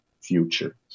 future